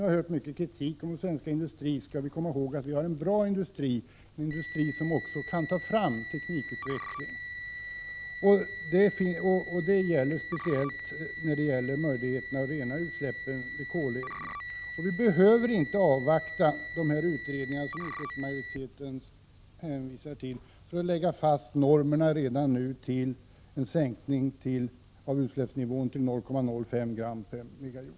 När vi hör den myckna kritiken mot den svenska industrin, skall vi komma ihåg att vi har en bra industri, som också kan ta fram teknikutveckling. Det gäller speciellt i fråga om möjligheterna att rena utsläppen vid koleldning. Vi behöver inte avvakta de utredningar som utskottsmajoriteten hänvisar till för att redan nu lägga fast normer som innebär en sänkning av utsläppsnivån till 0,05 g per megajoule.